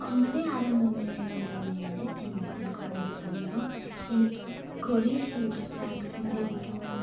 ഒമ്പത് ആറ് മൂന്ന് രണ്ട് മൂന്ന് ഏഴ് എന്ന പിൻകോഡിന് സമീപം എനിക്ക് കൊവീഷീൽഡ് വാക്സിൻ ലഭിക്കുമോ